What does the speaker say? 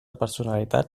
personalitat